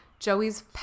Joey's